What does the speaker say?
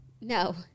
No